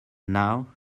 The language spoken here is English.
now